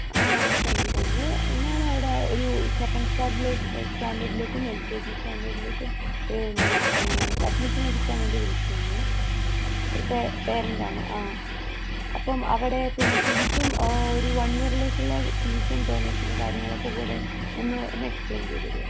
ആഹ് ഓഹ് thank you thank you ഞാനവിടെ ഒരു സെക്കന്റ് സ്റ്റാന്റേർഡിലേക്കും എൽ കെ ജി സ്റ്റാന്റേർഡിലേക്കും പിന്നെ അഡ്മിഷൻ എടുക്കാൻ വേണ്ടി വിളിക്കുകയാണ് ഒരു പാരന്റ് ആണ് ആഹ് അപ്പം അവിടെ പിന്നെ ഫീസും വൺ ഇയറിലേക്കുള്ള ഫീസും ഡൊണേഷനും കാര്യങ്ങളൊക്കെക്കൂടി ഒന്ന് ഒന്ന് എക്സ്പ്ലെയിൻ ചെയ്തു തരുമോ